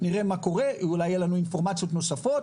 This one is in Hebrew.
נראה מה קורה ואז אולי יהיו לנו אינפורמציות נוספות,